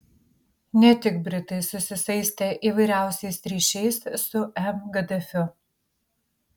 ne tik britai susisaistė įvairiausiais ryšiais su m gaddafiu